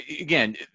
again